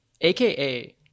aka